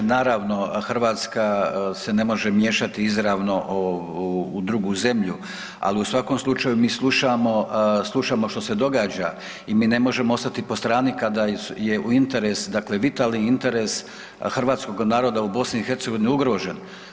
Naravno Hrvatska se ne može miješati izravno u drugu zemlju, ali u svakom slučaju mi slušamo što se događa i mi ne možemo ostati po strani kada je u interesu dakle vitalni interes hrvatskog naroda u BiH ugrožen.